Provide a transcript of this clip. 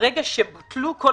אנחנו עדיין מוצפים במאות